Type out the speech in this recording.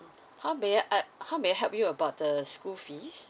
how may I ap~ how may I help you about the school fees